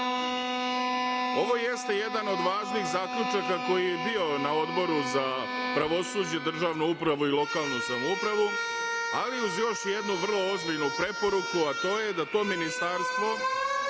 jeste jedan od važnih zaključaka koji je bio na Odboru za pravosuđe, državnu upravu i lokalnu samoupravu, ali uz još jednu vrlo ozbiljnu preporuku, a to je da to ministarstvo